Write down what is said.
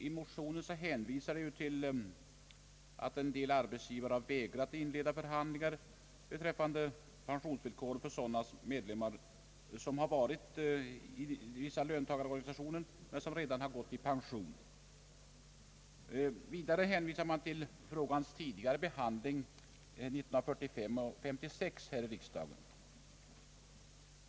I motionen hänvisas till att en del arbetsgivare har vägrat att inleda förhandlingar beträffande pensionsvillkor för sådana medlemmar av löntagarorganisationer, som redan har gått i pension. Vidare hänvisas till frågans tidigare behandling år 1945 och 1956 här i riksdagen.